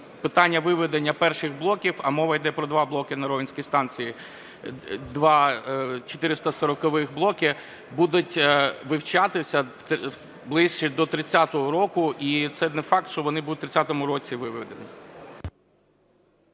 питання виведення перших блоків, а мова йде про два блоки на Ровенській станції, два 440-х блоки, будуть вивчатися ближче до 30-го року. І це не факт, що вони будуть у 30-му році виведені.